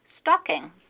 stocking